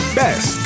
best